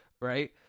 right